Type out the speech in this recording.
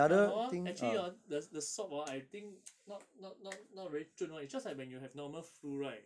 but hor actually hor the the swab hor I think not not not not really 准 [one] it's just like when you have normal flu right